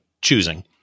choosing